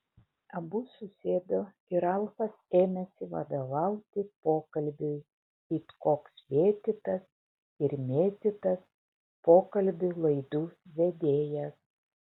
abu susėdo ir ralfas ėmėsi vadovauti pokalbiui it koks vėtytas ir mėtytas pokalbių laidų vedėjas